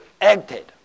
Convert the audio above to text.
acted